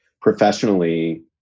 Professionally